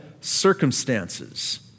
circumstances